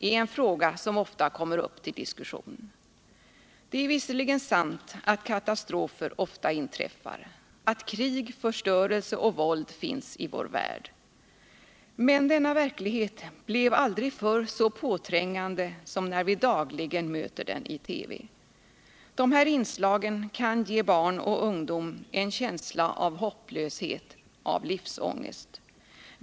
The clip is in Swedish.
är en fråga som ofta kommer upp till diskussion. Det är visserligen sant att katastrofer ofta inträffar, att krig, förstörelse och våld finns i vår värld, men denna verklighet blev aldrig förr så påträngande som när vi dagligen möter den i TV. De här inslagen kan ge barn och ungdom en känsla av hopplöshet, av livsångest.